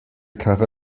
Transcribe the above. karre